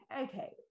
okay